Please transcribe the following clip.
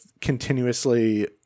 continuously